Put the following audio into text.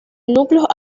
núcleos